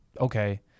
okay